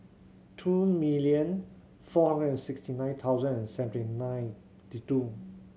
two million four hundred and sixty nine thousand and seventy ninety two